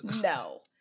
no